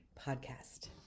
podcast